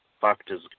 factors